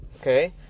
okay